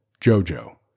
Jojo